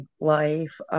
life